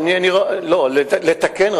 רק לתקן,